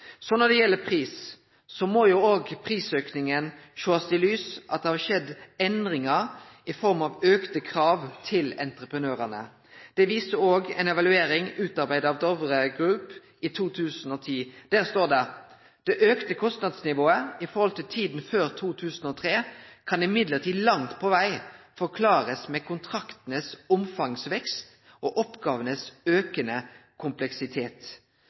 Når det gjeld pris, må òg prisauken sjåast i lys av at det har skjedd endringar i form av auka krav til entreprenørane. Det viser òg ei evaluering utarbeidd av Dovre Group i 2010. Der står det: «Det økte kostnadsnivået i forhold til tiden før 2003 kan imidlertid langt på veg forklares med kontraktenes omfangsvekst og oppgavenes økende kompleksitet.»